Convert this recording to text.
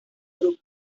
grupo